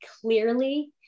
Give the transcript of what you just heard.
clearly